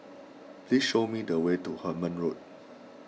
please show me the way to Hemmant Road